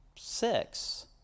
Six